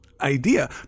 idea